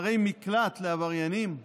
ערי מקלט לעבריינים?